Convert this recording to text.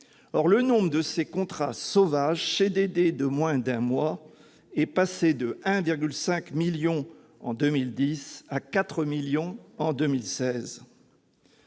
Or le nombre des contrats « sauvages », ces CDD de moins d'un mois, est passé de 1,5 million en 2010 à 4 millions en 2016.